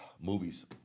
Movies